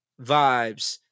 Vibes